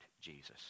Jesus